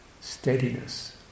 steadiness